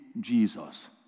Jesus